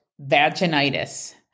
vaginitis